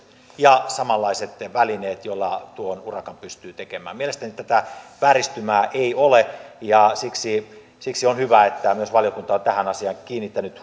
ja samanlaiset välineet joilla tuon urakan pystyy tekemään mielestäni tätä vääristymää ei ole ja siksi siksi on hyvä että myös valiokunta on tähän asiaan kiinnittänyt